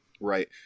Right